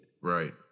Right